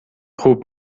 خوب